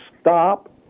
stop